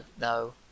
no